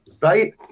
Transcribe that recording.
right